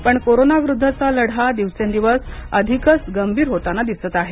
पण कोरोनाविरुद्धचा लढा दिवसेंदिवस अधिकच गंभीर होताना दिसत आहे